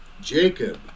Jacob